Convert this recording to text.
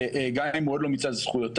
גם אם הוא עוד לא מיצה את זכויותיו,